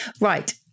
Right